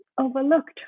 overlooked